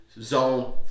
zone